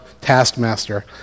taskmaster